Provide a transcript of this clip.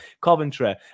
Coventry